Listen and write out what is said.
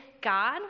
god